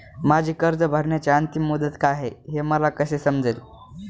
माझी कर्ज भरण्याची अंतिम मुदत काय, हे मला कसे समजेल?